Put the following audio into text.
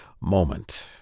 moment